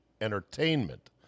entertainment